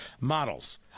models